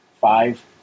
five